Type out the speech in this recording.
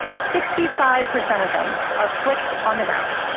sixty five percent of them are flicked on the ground,